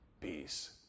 peace